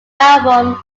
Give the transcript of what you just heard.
album